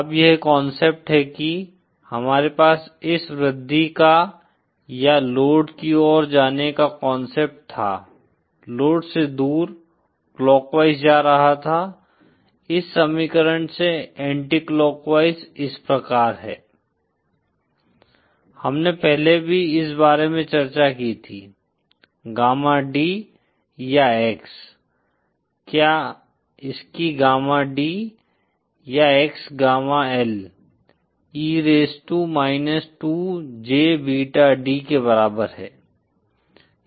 अब यह कांसेप्ट है कि हमारे पास इस वृद्धि का या लोड की ओर जाने का कांसेप्ट था लोड से दूर क्लॉकवाइज जा रहा था इस समीकरण से एंटीक्लाकवाइज इस प्रकार है हमने पहले भी इस बारे में चर्चा की थी गामा D या X क्या इसकी गामा D या X gamma L E raise to minus 2 J beta D के बराबर है